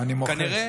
אני מוחה.